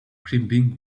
climbing